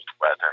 weather